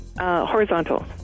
Horizontal